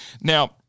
Now